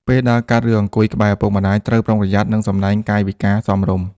ពេលដើរកាត់ ឬអង្គុយក្បែរឪពុកម្តាយ ត្រូវប្រុងប្រយ័ត្ន និងសម្ដែងកាយវិការសមរម្យ។